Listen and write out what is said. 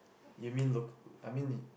you mean look I mean